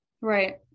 right